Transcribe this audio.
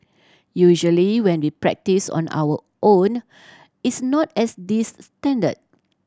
usually when we practise on our own it's not as this standard